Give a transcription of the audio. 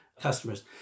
customers